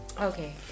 okay